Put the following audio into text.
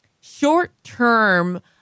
short-term